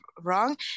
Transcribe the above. wrong